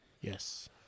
Yes